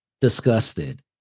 disgusted